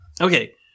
okay